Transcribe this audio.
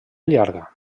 llarga